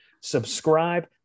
subscribe